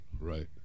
right